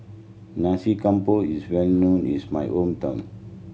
Nasi Campur is well known is my hometown